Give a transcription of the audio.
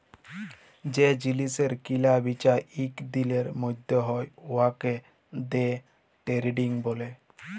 যে জিলিসের কিলা বিচা ইক দিলের ম্যধে হ্যয় উয়াকে দে টেরেডিং ব্যলে